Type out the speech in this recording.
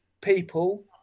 people